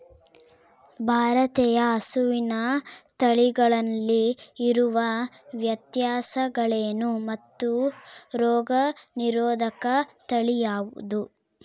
ಭಾರತೇಯ ಹಸುವಿನ ತಳಿಗಳಲ್ಲಿ ಇರುವ ವ್ಯತ್ಯಾಸಗಳೇನು ಮತ್ತು ರೋಗನಿರೋಧಕ ತಳಿ ಯಾವುದು?